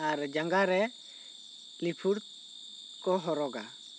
ᱟᱨ ᱡᱟᱸᱜᱟ ᱨᱮ ᱞᱤᱯᱷᱩᱨ ᱠᱚ ᱦᱚᱨᱚᱜᱟ